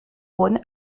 rhône